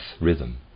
rhythm